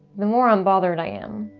the more unbothered i am.